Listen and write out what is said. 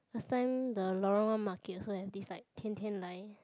last time the lorong one market so empty it's like 天天来